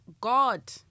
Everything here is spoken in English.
God